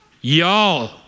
y'all